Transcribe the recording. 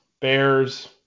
Bears